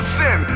sin